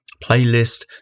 playlist